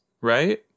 Right